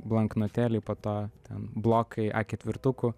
blaknotėliai po to ten blokai a ketvirtukų